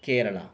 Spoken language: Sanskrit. केरला